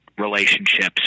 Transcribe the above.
relationships